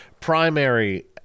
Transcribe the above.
primary